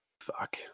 Fuck